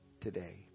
today